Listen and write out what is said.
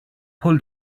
pull